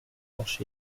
pancher